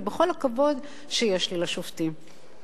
ובכל הכבוד שיש לי לשופטים.